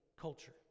culture